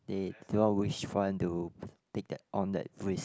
they do not wish want to take that on that risk